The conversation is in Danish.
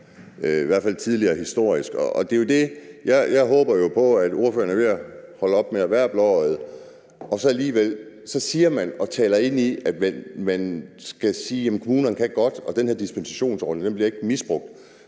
i hvert fald tidligere, historisk. Jeg håber jo på, at ordføreren er ved at holde op med at være blåøjet, og så alligevel siger man, og man taler ind i, at kommunerne godt kan administrere det, og at den her dispensationsordning ikke bliver misbrugt.